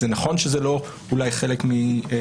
זה נכון שאולי זה לא חלק מהאינטרסים